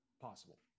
possible